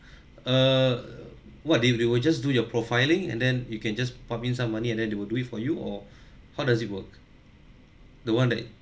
err !wah! they will they will just do your profiling and then you can just pump in some money and then they will do it for you or how does it work the one that